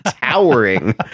towering